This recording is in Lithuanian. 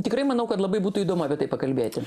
tikrai manau kad labai būtų įdomu apie tai pakalbėti